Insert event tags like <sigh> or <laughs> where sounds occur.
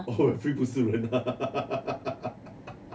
oh referee 不是人 <laughs>